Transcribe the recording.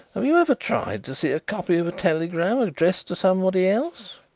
have you ever tried to see a copy of a telegram addressed to someone else?